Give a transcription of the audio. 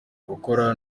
gukora